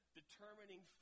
determining